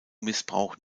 missbrauch